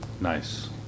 Nice